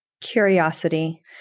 Curiosity